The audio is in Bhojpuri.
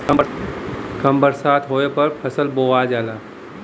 कम बरसात होले पर फसल बोअल जाला